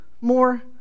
more